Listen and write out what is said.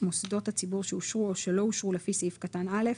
מוסדות הציבור שאושרו או שלא אושרו לפי סעיף קטן (א),